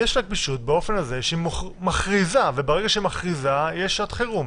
יש לה גמישות באופן הזה שהיא מכריזה וברגע שהיא מכריזה יש שעת חירום,